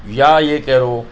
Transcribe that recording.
یا یہ کہہ رہو